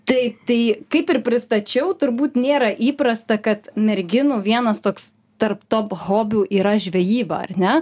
taip tai kaip ir pristačiau turbūt nėra įprasta kad merginų vienas toks tarp top hobių yra žvejyba ar ne